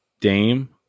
Dame